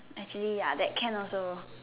actually ya that can also